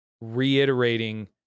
reiterating